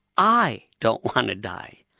i don't want to die.